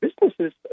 businesses